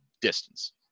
distance